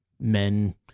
men